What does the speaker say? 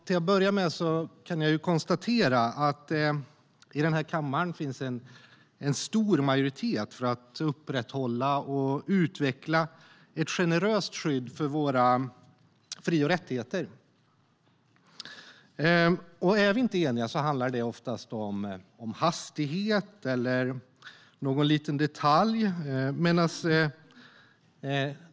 Till att börja med kan jag konstatera att det i den här kammaren finns en stor majoritet för att upprätthålla och utveckla ett generöst skydd för våra fri och rättigheter. Är vi inte eniga handlar det oftast om hur snabbt saker ska ske eller om någon liten detalj.